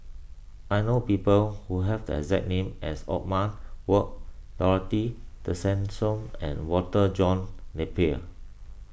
I know people who have the exact name as Othman Wok Dorothy Tessensohn and Walter John Napier